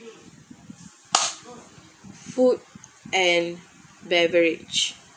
food and beverage